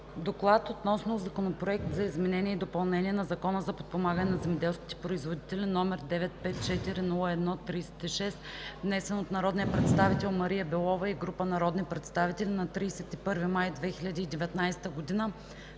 „Доклад относно Законопроект за изменение и допълнение на Закона за подпомагане на земеделските производители, № 954-01-36, внесен от народния представител Мария Белова и група народни представители на 31 май 2019 г.,